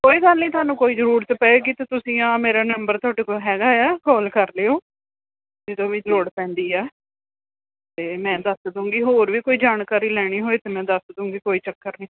ਕੋਈ ਗੱਲ ਨਹੀਂ ਤੁਹਾਨੂੰ ਕੋਈ ਜ਼ਰੂਰਤ ਪਵੇਗੀ ਤਾਂ ਤੁਸੀਂ ਆਹ ਮੇਰਾ ਨੰਬਰ ਤੁਹਾਡੇ ਕੋਲ ਹੈਗਾ ਆ ਕੌਲ ਕਰ ਲਿਓ ਜਦੋਂ ਵੀ ਲੋੜ ਪੈਂਦੀ ਆ ਅਤੇ ਮੈਂ ਦੱਸ ਦੂੰਗੀ ਹੋਰ ਵੀ ਕੋਈ ਜਾਣਕਾਰੀ ਲੈਣੀ ਹੋਏ ਤਾਂ ਮੈਂ ਦੱਸ ਦੂੰਗੀ ਕੋਈ ਚੱਕਰ ਨਹੀਂ